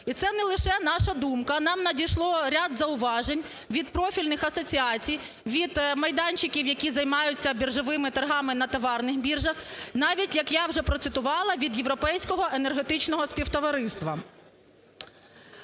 І це не лише наша думка, нам надійшло ряд зауважень від профільних асоціацій, від майданчиків, які займаються біржовими торгами на товарних біржах, навіть, як я вже процитувала, від європейського Енергетичного Співтовариства.